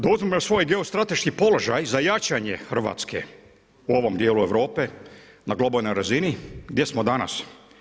Da uzmemo i svoj geostrateški položaj za jačanje Hrvatske u ovom dijelu Europe na globalnoj razini, gdje smo danas.